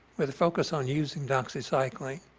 with a focus on using doxycycline